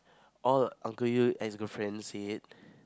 all uncle Yeo ex girlfriend said